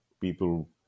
people